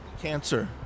Cancer